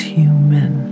human